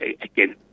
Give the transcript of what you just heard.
again